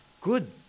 good